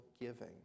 giving